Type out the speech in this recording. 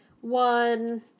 One